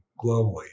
globally